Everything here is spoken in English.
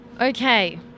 Okay